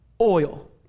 oil